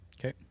Okay